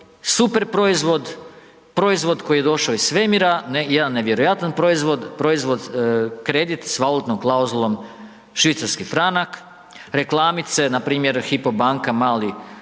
novi proizvod, super proizvod koji je došao iz svemira, jedan nevjerojatan proizvod, proizvod, kredit s valutnom klauzulom švicarski franak. Reklamice, npr. Hypo banka, mali